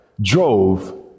drove